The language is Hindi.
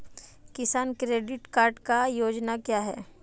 किसान क्रेडिट कार्ड योजना क्या है?